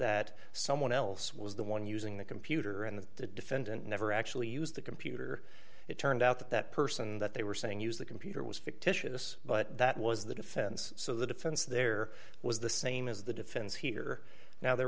that someone else was the one using the computer and the defendant never actually used the computer it turned out that that person that they were saying use the computer was fictitious but that was the defense so the defense there was the same as the defense here now there